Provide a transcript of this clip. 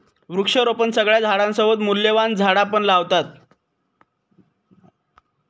वृक्षारोपणात सगळ्या झाडांसोबत मूल्यवान झाडा पण लावतत